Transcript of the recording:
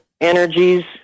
energies